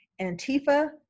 Antifa